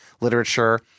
literature